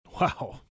Wow